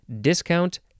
discount